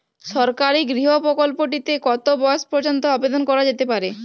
সরকারি গৃহ প্রকল্পটি তে কত বয়স পর্যন্ত আবেদন করা যেতে পারে?